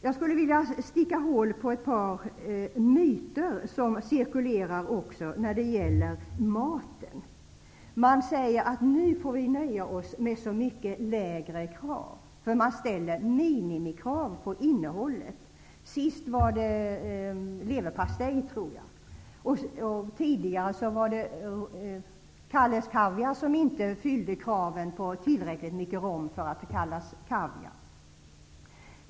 Jag skulle vilja sticka hål på ett par myter som cirkulerar när det gäller maten. Man säger att vi nu får nöja oss med så mycket lägre krav, eftersom det blir minimikrav. Det senaste exemplet gällde leverpastej, och tidigare var det Kalles kaviar som inte innehöll tillräckligt mycket rom för att få kallas kaviar.